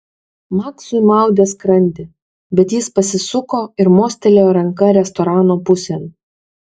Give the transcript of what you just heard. maksui maudė skrandį bet jis pasisuko ir mostelėjo ranka restorano pusėn